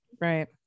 Right